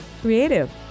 creative